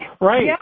Right